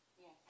Yes